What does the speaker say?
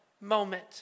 moment